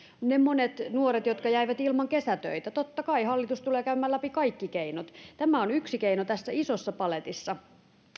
kuten ne monet nuoret jotka jäivät ilman kesätöitä totta kai hallitus tulee käymään läpi kaikki keinot tämä on yksi keino tässä isossa paletissa